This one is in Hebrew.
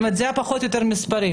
זה פחות או יותר המספרים.